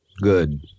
Good